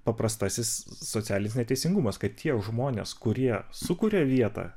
paprastasis socialinis neteisingumas kad tie žmonės kurie sukuria vietą